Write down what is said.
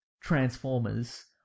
Transformers